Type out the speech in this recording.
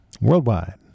worldwide